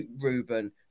Ruben